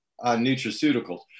nutraceuticals